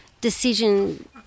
decision